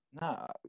No